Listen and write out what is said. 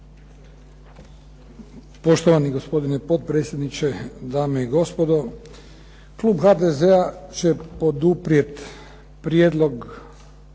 Poštovani gospodine potpredsjedniče, dame i gospodo. Klub HDZ-a će poduprijet Prijedlog